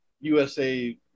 USA